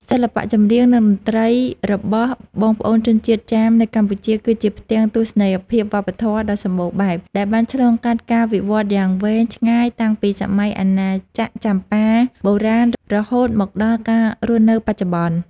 សិល្បៈចម្រៀង និងតន្ត្រីរបស់បងប្អូនជនជាតិចាមនៅកម្ពុជា គឺជាផ្ទាំងទស្សនីយភាពវប្បធម៌ដ៏សម្បូរបែប ដែលបានឆ្លងកាត់ការវិវត្តយ៉ាងវែងឆ្ងាយតាំងពីសម័យអាណាចក្រចម្ប៉ាបុរាណ រហូតមកដល់ការរស់នៅបច្ចុប្បន្ន។